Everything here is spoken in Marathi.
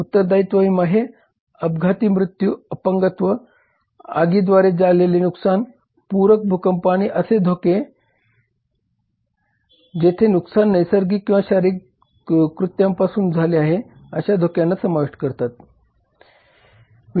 उत्तरदायित्व विमा हे अपघाती मृत्यू अपंगत्व आगीद्वारे झालेले नुकसान पूर भूकंप आणि असे धोके जेथे नुकसान नैसर्गिक किंवा शारीरिक कृत्यां पासून झाले आहे अशा धोक्यांना समाविष्ट करतात